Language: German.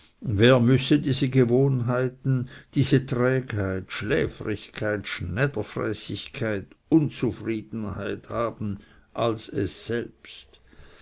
wer müsse diese gewohnheiten diese trägheit schläfrigkeit schmäderfräßigkeit unzufriedenheit haben als es selbst